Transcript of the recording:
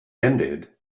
ended